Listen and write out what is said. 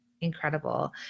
Incredible